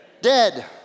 dead